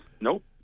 nope